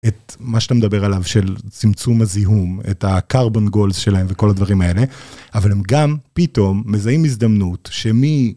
את מה שאתה מדבר עליו של צמצום הזיהום את הCarbon Goals שלהם וכל הדברים האלה, אבל הם גם פתאום מזהים הזדמנות שמי.